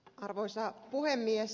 arvoisa puhemies